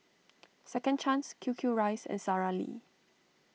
Second Chance Q Q Rice and Sara Lee